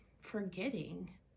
forgetting